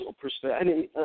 perspective